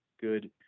good